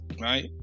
Right